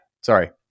sorry